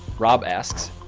robb asks,